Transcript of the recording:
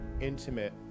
intimate